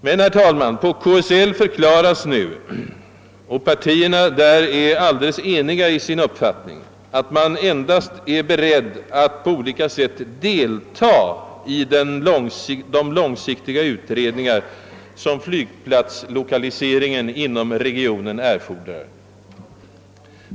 Men, herr talman, KSL förklarar nu — och partierna inom förbundet är fullständigt eniga i sin uppfattning — att man endast är beredd att på olika sätt delta i de långsiktiga utredningar som flygplatslokaliseringen inom regionen erfordrar.